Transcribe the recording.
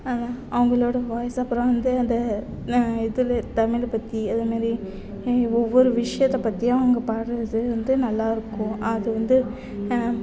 அவங்களோட வாய்ஸ் அப்புறம் வந்து அந்த இதில் தமிழை பற்றி அது மாரி ஒவ்வொரு விஷயத்தை பற்றியும் அவங்க பாடுவது வந்து நல்லாயிருக்கும் அது வந்து